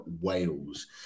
Wales